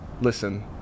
listen